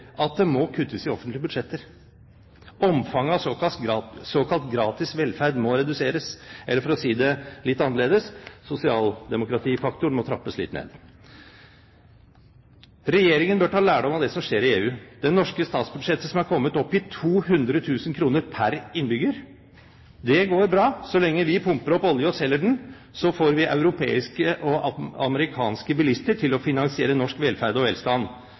at det må kuttes i offentlige budsjetter. Omfanget av såkalt gratis velferd må reduseres, eller for å si det litt annerledes, sosialdemokratifaktoren må trappes litt ned. Regjeringen bør ta lærdom av det som skjer i EU. Det norske statsbudsjettet er kommet opp i 200 000 kr pr. innbygger. Det går bra så lenge vi pumper opp olje og selger den – og så får europeiske og amerikanske bilister til å finansiere norsk velferd og velstand.